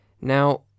Now